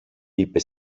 είπε